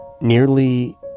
nearly